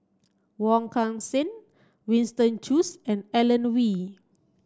Wong Kan Seng Winston Choos and Alan Oei